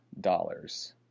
dollars